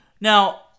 Now